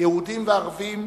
יהודים וערבים,